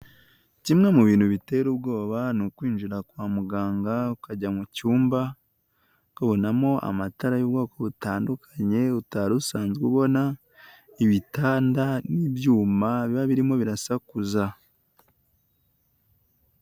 Kimwe mu bintu bitera ubwoba ni ukwinjira kwa muganga ukajya mu cyumba, ukabonamo amatara y'ubwoko butandukanye utari usanzwe ubona, ibitanda n'ibyuma biba birimo birasakuza.